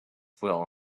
will